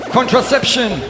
Contraception